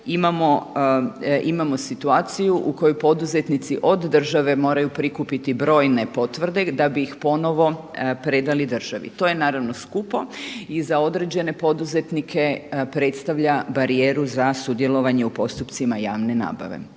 imamo situaciju u kojoj poduzetnici od države moraju prikupiti brojne potvrde da bi ih ponovo predali državi. To je naravno skupo i za određene poduzetnike predstavlja barijeru za sudjelovanje u postupcima javne nabave.